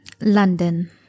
London